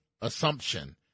assumption